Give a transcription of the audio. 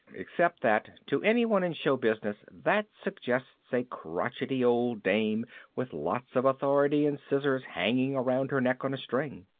except that to anyone in show business that suggests a crotchety old dame with lots of authority and scissors hanging around her neck on a string.